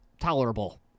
tolerable